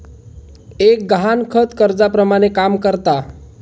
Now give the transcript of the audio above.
एक गहाणखत कर्जाप्रमाणे काम करता